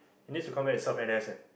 he needs to come back and serve N_S ah